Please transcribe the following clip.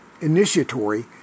initiatory